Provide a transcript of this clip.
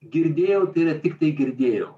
girdėjau tai yra tiktai girdėjau